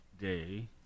Day